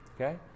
Okay